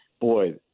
boy